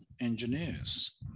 engineers